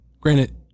granted